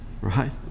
right